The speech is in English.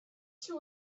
two